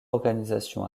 organisation